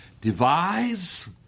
devise